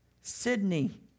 Sydney